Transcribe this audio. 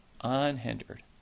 Unhindered